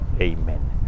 Amen